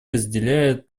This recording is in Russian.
разделяет